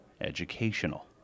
educational